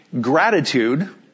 gratitude